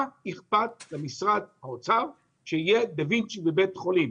מה אכפת למשרד האוצר שיהיה דה וינצ’י בבית חולים?